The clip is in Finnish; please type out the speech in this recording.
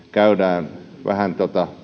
käydään vähän